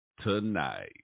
tonight